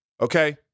Okay